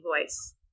voice